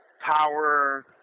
power